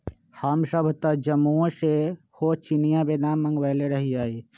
हमसभ तऽ जम्मूओ से सेहो चिनियाँ बेदाम मँगवएले रहीयइ